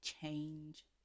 change